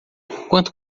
quanto